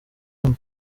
hano